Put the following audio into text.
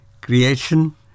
creation